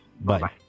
Bye